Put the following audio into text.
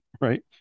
right